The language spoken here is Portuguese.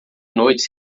noite